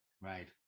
Right